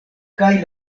kaj